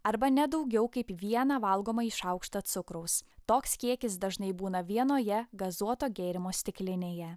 arba ne daugiau kaip vieną valgomąjį šaukštą cukraus toks kiekis dažnai būna vienoje gazuoto gėrimo stiklinėje